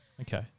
Okay